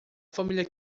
família